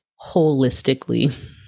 holistically